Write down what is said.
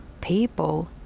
people